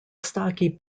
stocky